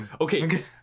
Okay